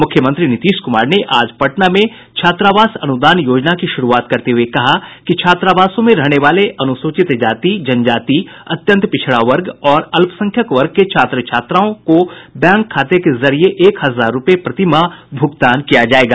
मुख्यमंत्री नीतीश कुमार ने आज पटना में छात्रावास अनुदान योजना की शुरूआत करते हुए कहा कि छात्रावासों में रहने वाले अनुसूचित जाति जनजाति अत्यंत पिछड़ा वर्ग और अल्पसंख्यक वर्ग के छात्र छात्राओं को बैंक खाते के जरिये एक हजार रूपये प्रतिमाह भूगतान किया जायेगा